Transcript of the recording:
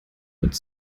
mit